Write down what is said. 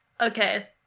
Okay